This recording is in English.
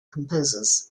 composers